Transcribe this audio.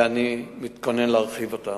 ואני מתכונן להרחיב אותם.